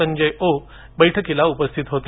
संजय ओक ही बैठकीला उपस्थित होते